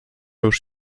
już